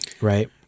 right